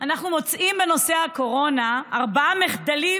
אנחנו מוצאים בנושא הקורונה ארבעה מחדלים